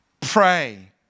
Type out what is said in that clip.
pray